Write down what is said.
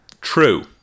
True